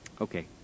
Okay